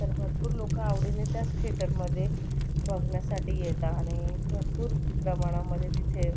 तर भरपूर लोक आवडीने त्याच थेटरमध्ये बघण्यासाठी येतात आणि भरपूर प्रमाणामध्ये तिथे